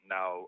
Now